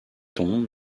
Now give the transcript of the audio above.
tombe